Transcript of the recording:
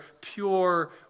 pure